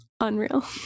Unreal